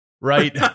right